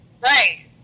Right